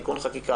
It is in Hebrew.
תיקון חקיקה,